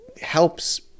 helps